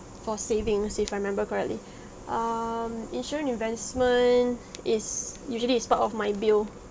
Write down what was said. for savings if I remember correctly um insurance investment is usually it's part of my bill